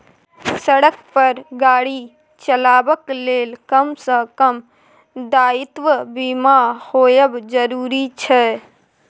सड़क पर गाड़ी चलेबाक लेल कम सँ कम दायित्व बीमा होएब जरुरी छै